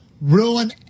ruin